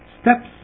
steps